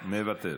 מוותר,